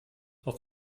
auf